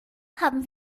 haben